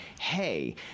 hey